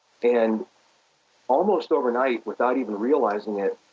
and almost overnight, without even realizing it,